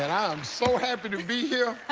and i am so happy to be here.